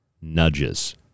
Nudges